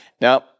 Now